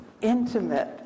intimate